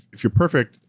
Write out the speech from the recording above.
if you're perfect,